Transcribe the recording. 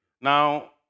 Now